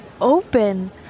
Open